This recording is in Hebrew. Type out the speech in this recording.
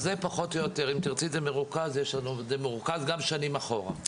אם תרצי, יש לנו את זה מרוכז, וגם שנים אחורה.